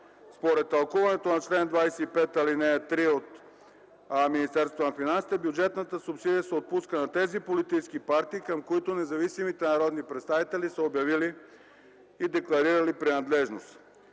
Според тълкуването на чл. 25, ал. 3 от Министерството на финансите, бюджетната субсидия се отпуска на тези политически партии, към които независимите народни представители са обявили и декларирали принадлежност.